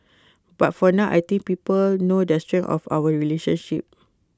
but for now I think people know the strength of our relationship